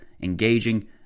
engaging